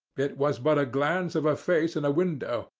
it was but a glance of a face in a window,